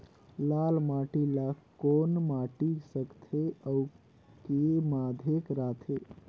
लाल माटी ला कौन माटी सकथे अउ के माधेक राथे?